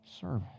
Serve